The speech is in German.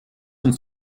uns